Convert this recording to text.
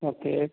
okay